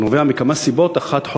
זה נובע מכמה סיבות: אחת,